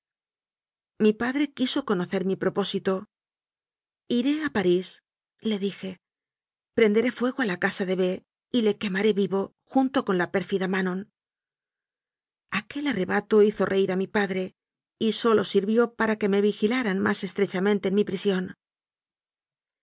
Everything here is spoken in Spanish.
mi padre quiso conocer mi propósito iré a parísle dije prenderé fuego a la casa de b y le quemaré vivo junto con la pérfida manon aquel arrebato hizo reir a mi padre y sólo sirvió para que me vigilaran más estrechamente en mi prisión